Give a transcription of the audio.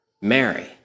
Mary